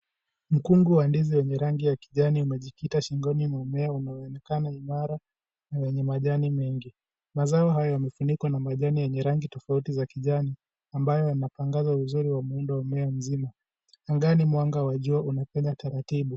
Mkungu wa ndizi wenye rangi ya kijani imejikita shingoni mwa mumeo anayeonekana imara na wenye majani mengi. Mazao hayo yamefunikwa na majani yenye rangi tofauti za kijani ambayo yamepangaza uzuri wa muundo wa mmea mzima. Anagani mwanga wa jua unakwenda taratibu.